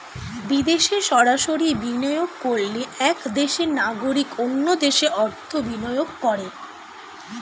বিদেশে সরাসরি বিনিয়োগ করলে এক দেশের নাগরিক অন্য দেশে অর্থ বিনিয়োগ করে